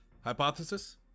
Hypothesis